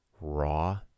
raw